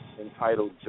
entitled